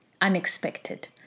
unexpected